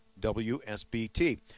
WSBT